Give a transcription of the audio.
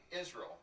Israel